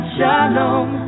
Shalom